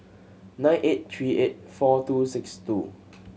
nine eight three eight four two six two